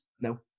No